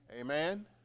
Amen